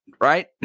right